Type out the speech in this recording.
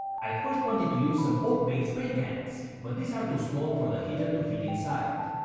i first wanted to use so old paint spray cans, but this are too small for the heater to fit inside.